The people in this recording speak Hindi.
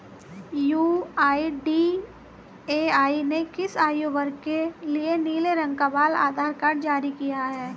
यू.आई.डी.ए.आई ने किस आयु वर्ग के लिए नीले रंग का बाल आधार कार्ड जारी किया है?